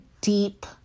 deep